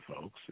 folks